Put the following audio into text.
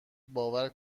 باور